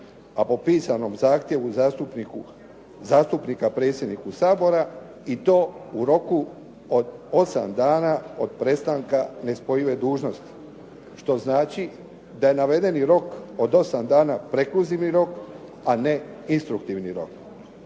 A po pisanom zahtjevu zastupnika predsjedniku Sabora i to u roku od osam dana od prestanka nespojive dužnosti, što znači da je navedeni rok od osam dana prekluzivni rok, a ne instruktivni rok.